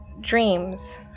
dreams